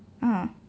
ah